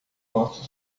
nosso